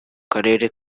karere